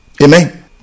Amen